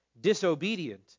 disobedient